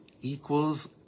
equals